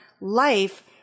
life